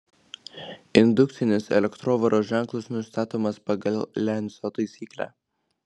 indukcinės elektrovaros ženklas nustatomas pagal lenco taisyklę